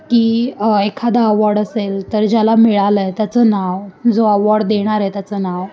की एखादा अवॉर्ड असेल तर ज्याला मिळालं आहे त्याचं नाव जो अवॉर्ड देणार आहे त्याचं नाव